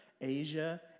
Asia